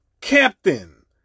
captain